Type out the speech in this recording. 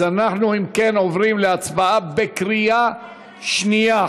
אנחנו, אם כן, עוברים להצבעה בקריאה שנייה.